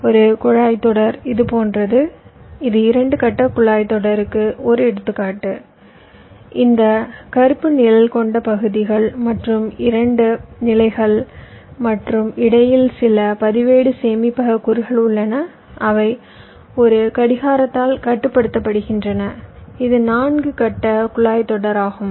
ஒரு குழாய்த் தொடர் இதுபோன்றது இது இரண்டு கட்ட குழாய்த் தொடருக்கு ஒரு எடுத்துக்காட்டு இந்த கருப்பு நிழல் கொண்ட பகுதிகள் மற்றும் இரண்டு நிலைகள் மற்றும் இடையில் சில பதிவேடு சேமிப்பக கூறுகள் உள்ளன அவை ஒரு கடிகாரத்தால் கட்டுப்படுத்தப்படுகின்றன இது நான்கு கட்ட குழாய்த் தொடர் ஆகும்